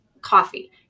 coffee